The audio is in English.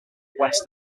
west